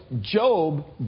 Job